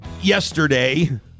yesterday